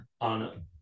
on